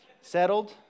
settled